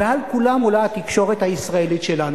ועל כולם עולה התקשורת הישראלית שלנו.